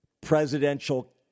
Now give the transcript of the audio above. presidential